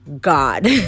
god